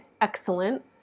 excellent